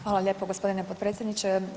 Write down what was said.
Hvala lijepo gospodine potpredsjedniče.